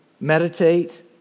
meditate